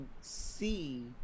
see